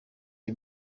uyu